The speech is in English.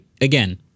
again